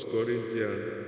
Corinthians